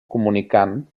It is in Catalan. comunicant